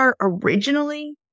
originally